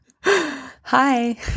Hi